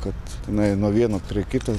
kad tenai nuo vieno prie kito